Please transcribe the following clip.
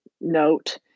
note